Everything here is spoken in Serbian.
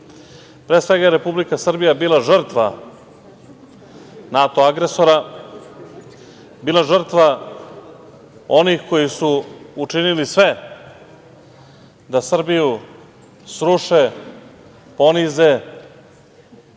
svega, Republika Srbija je bila žrtva NATO agresora, bila žrtva onih koji su učinili sve da Srbiju sruše, ponize,